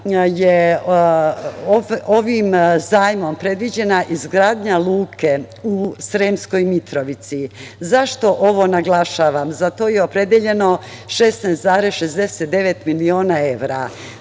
je ovim zajmom predviđena izgradnja luke u Sremskoj Mitrovici. Zašto ovo naglašavam? Za to je opredeljeno 16,69 miliona evra.